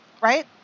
Right